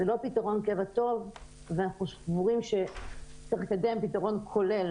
זה לא פתרון קבע טוב ואנחנו סבורים שצריך לקדם פתרון כולל